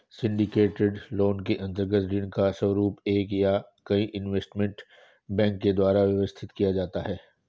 syndicated loan के अंतर्गत ऋण का स्वरूप एक या कई इन्वेस्टमेंट बैंक के द्वारा व्यवस्थित किया जाता है